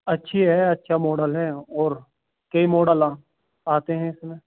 اچھی ہے اچھا ماڈل ہے اور کئی ماڈل آتے ہیں اس میں